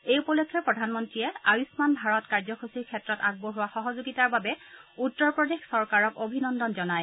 এই উপলক্ষে প্ৰধানমন্ত্ৰীয়ে আয়ুস্মান ভাৰত কাৰ্যসূচীৰ ক্ষেত্ৰত আগবঢ়োৱা সহযোগিতাৰ বাবে উত্তৰ প্ৰদেশ চৰকাৰক অভিনন্দন জনায়